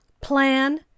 plan